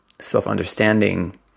self-understanding